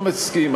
מסכים.